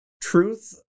truth